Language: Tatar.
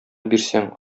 бирсәң